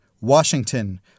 Washington